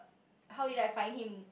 how did I find him